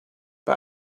bei